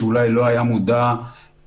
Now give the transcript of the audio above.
שאולי לא היה מודע לנושא,